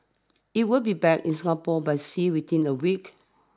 it will be back in Singapore by sea within a week